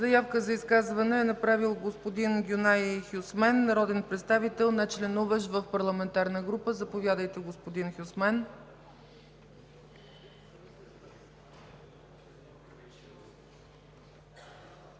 Заявка за изказване е направил господин Гюнай Хюсмен, народен представител, нечленуващ в парламентарна група. Заповядайте, господин Хюсмен.